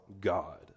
God